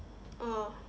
oh